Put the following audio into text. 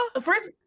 first